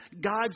God's